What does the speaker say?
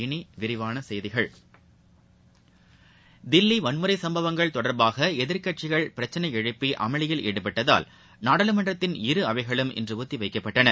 இனி விரிவான செய்திகள் தில்லி வன்முறை சம்பவங்கள் தொடர்பாக எதிர்க்கட்சிகள் பிரச்சினை எழுப்பி அமளியில் ஈடுபட்டதால் நாடாளுமன்றத்தின் இரு அவைகளும் இன்று ஒத்தி வைக்கப்பட்டன